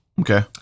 Okay